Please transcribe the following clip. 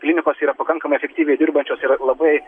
klinikos yra pakankamai efektyviai dirbančios yra labai